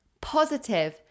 positive